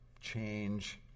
change